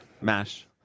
MASH